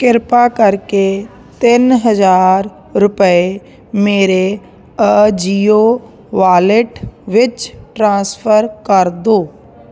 ਕਿਰਪਾ ਕਰਕੇ ਤਿੰਨ ਹਜ਼ਾਰ ਰੁਪਏ ਮੇਰੇ ਅਜੀਓ ਵਾਲੇਟ ਵਿੱਚ ਟ੍ਰਾਂਸਫਰ ਕਰ ਦੋ